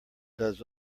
does